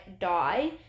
die